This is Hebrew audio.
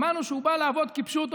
האמנו שהוא בא לעבוד כפשוטו,